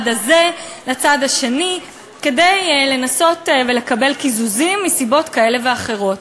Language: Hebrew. הזה לצד השני כדי לנסות ולקבל קיזוזים מסיבות כאלה ואחרות.